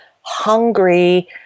hungry